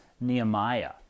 Nehemiah